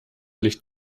licht